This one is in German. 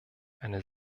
eine